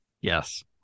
Yes